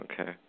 Okay